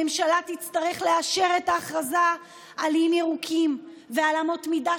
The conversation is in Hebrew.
הממשלה תצטרך לאשר את ההכרזה על איים ירוקים ועל אמות מידה